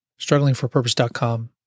StrugglingforPurpose.com